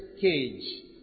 cage